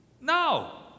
No